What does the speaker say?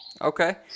Okay